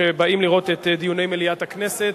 שבאים לראות את דיוני מליאת הכנסת.